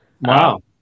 Wow